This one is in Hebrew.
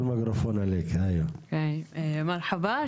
מרחבא.